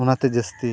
ᱚᱱᱟᱛᱮ ᱡᱟᱹᱥᱛᱤ